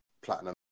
Platinum